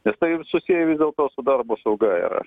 nes tai susiję vis dėlto su darbo sauga yra